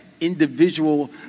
individual